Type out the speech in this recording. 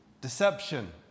deception